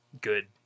good